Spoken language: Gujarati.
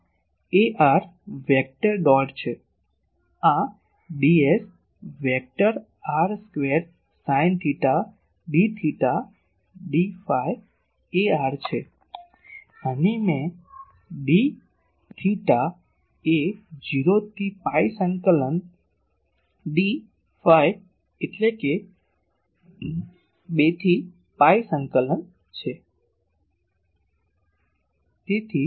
આ ar વેક્ટર ડોટ છે આ ds vector r square sine theta d theta d phi ar છે અને મેં d થેટા એ 0 થી પાઈ સંકલન d ફાઈ એટલે કે થી 2 પાઈ સંકલન છે